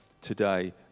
today